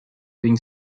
wegen